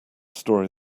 story